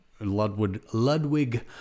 Ludwig